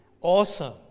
Awesome